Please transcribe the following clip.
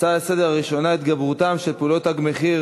ההצעה הראשונה היא: התגברותן של פעולות "תג מחיר"